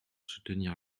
soutenir